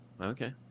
Okay